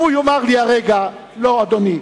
אם הוא יאמר לי הרגע: לא, אדוני,